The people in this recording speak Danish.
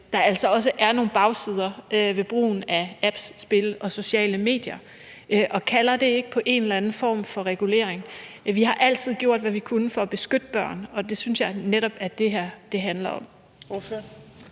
at der altså også er nogle bagsider ved brugen af apps, spil og sociale medier, og kalder det ikke på en eller anden form for regulering? Vi har altid gjort, hvad vi kunne, for at beskytte børn, og det synes jeg netop det her handler om.